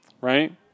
right